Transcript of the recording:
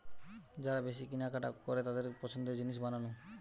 যারা বেশি কিনা কাটা করে তাদের পছন্দের জিনিস বানানো